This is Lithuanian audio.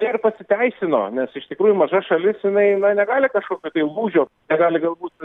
ir pasiteisino nes iš tikrųjų maža šalis jinai na negali kažkokio tai lūžio negali galbūt